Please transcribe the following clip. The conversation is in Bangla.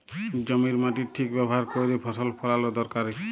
জমির মাটির ঠিক ব্যাভার ক্যইরে ফসল ফলাল দরকারি